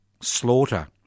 slaughter